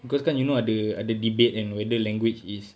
because kan you know ada ada debate kan whether language is